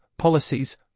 Policies